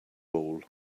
ball